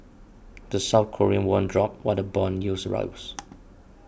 the South Korean won dropped while the bond yields rose